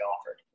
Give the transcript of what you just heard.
offered